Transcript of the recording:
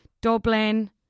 Dublin